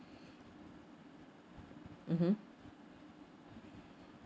mmhmm